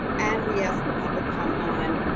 and we asked the public. come on.